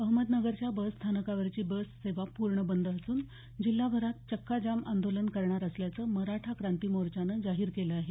अहमदनगरच्या बसस्थानकावरची बससेवा पूर्ण बंद असून जिल्हाभरात चक्का जाम आंदोलन करणार असल्याचं मराठा क्रांती मोर्चानं जाहीर केलं आहे